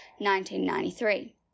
1993